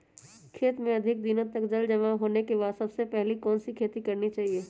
खेत में अधिक दिनों तक जल जमाओ होने के बाद सबसे पहली कौन सी खेती करनी चाहिए?